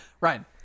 Ryan